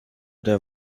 der